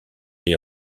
est